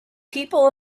people